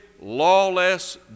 lawless